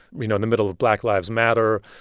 you know, in the middle of black lives matter,